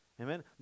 Amen